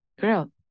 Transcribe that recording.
Girl